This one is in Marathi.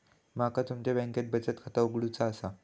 माका तुमच्या बँकेत बचत खाता उघडूचा असा?